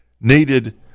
needed